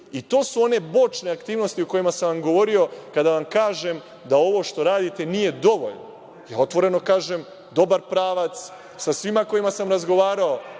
i to su one bočne aktivnosti o kojima sam vam govorio kada vam kažem da ovo što radite nije dovoljno. Otvoreno kažem – dobar pravac sa svima sa kojima sam razgovarao,